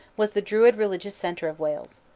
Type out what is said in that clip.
was the druid religious center of wales.